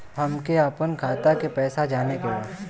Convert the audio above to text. हमके आपन खाता के पैसा जाने के बा